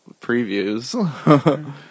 previews